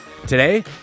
Today